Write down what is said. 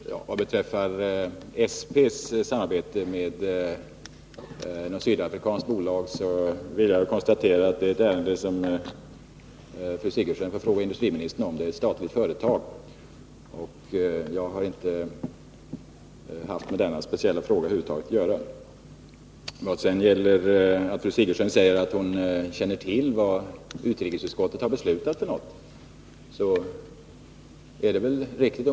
Herr talman! Vad beträffar SP:s samarbete med ett sydafrikanskt bolag så är det ett ärende som fru Sigurdsen får fråga industriministern om. SP är ett statligt företag. Jag har över huvud taget inte haft med denna speciella fråga att göra. Fru Sigurdsen säger att hon känner till vad utrikesutskottet har beslutat. Om fru Sigurdsen säger det, är det väl riktigt.